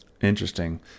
Interesting